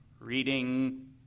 Reading